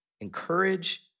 encourage